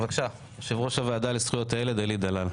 יושב ראש הוועדה לזכויות הילד אלי דלל, בקשה.